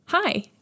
Hi